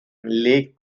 lake